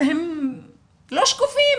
הם לא שקופים.